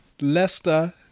Leicester